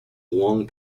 long